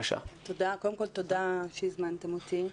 קודם כל תודה שהזמנתם אותנו.